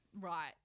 Right